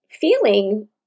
feeling